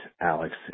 Alex